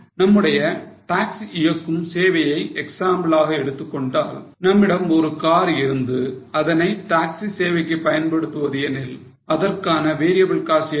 நம்முடைய டாக்ஸி இயக்கும் சேவையை எக்ஸாம்பிள் ஆக எடுத்துக்கொண்டால் நம்மிடம் ஒரு கார் இருந்து அதனை டாக்ஸி சேவைக்கு பயன்படுத்துவது எனில் அதற்கான variable cost என்ன